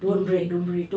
don't break don't break